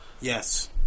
Yes